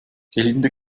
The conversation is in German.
gelinde